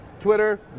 Twitter